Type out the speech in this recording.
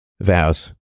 vows